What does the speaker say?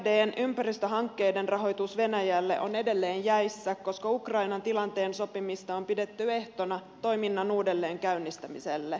ebrdn ympäristöhankkeiden rahoitus venäjälle on edelleen jäissä koska ukrainan tilanteen sopimista on pidetty ehtona toiminnan uudelleenkäynnistämiselle